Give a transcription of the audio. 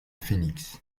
phoenix